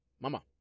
mama